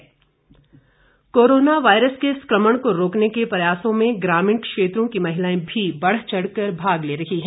mask corona virus के संक्रमण को रोकने के प्रयासों में ग्रामीण क्षेत्रों की महिलाएं भी बढ़चढ़ कर भाग ले रही है